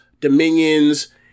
dominions